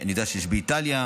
אני יודע שיש באיטליה,